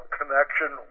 connection